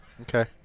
Okay